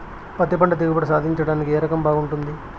పత్తి పంట దిగుబడి సాధించడానికి ఏ రకం బాగుంటుంది?